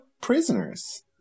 prisoners